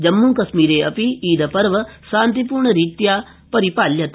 जम्मूकश्मीरे अपि ईद पर्व शान्तिपूर्णरीत्या आमान्यते